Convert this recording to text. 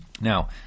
Now